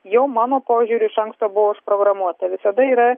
jau mano požiūriu iš anksto buvo užprogramuota visada yra